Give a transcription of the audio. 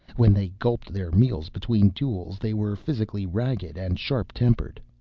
when they gulped their meals, between duels, they were physically ragged and sharp-tempered.